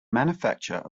manufacture